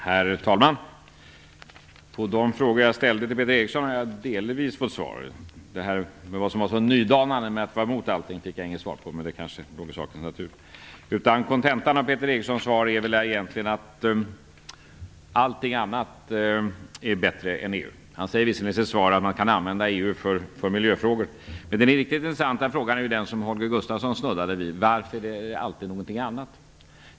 Herr talman! På de frågor som jag ställde till Peter Eriksson har jag delvis fått svar. Frågan om vad som var så nydanande med att vara mot allting fick jag inget svar på, men det kanske ligger i sakens natur. Kontentan av Peter Erikssons svar är egentligen att allting annat är bättre än EU, även om han säger att man kan använda EU för miljöfrågor. Den riktigt intressanta frågan är den som Holger Gustafsson snuddade vid, nämligen varför det alltid skall vara någonting annat.